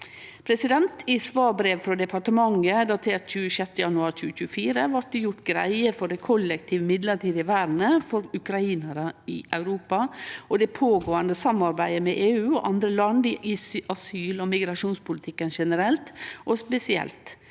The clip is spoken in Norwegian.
behov. I svarbrev frå departementet datert 26. januar 2024 blei det gjort greie for det kollektive midlertidige vernet for ukrainarar i Europa og det pågåande samarbeidet med EU og andre land i asyl- og migrasjonspolitikken, generelt og spesielt.